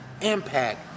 impact